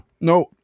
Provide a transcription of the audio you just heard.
no